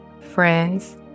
friends